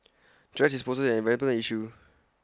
thrash disposal is an environmental issue